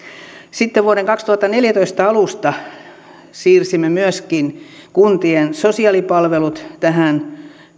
sitten vuoden kaksituhattaneljätoista alusta siirsimme myöskin kuntien sosiaalipalvelut tähän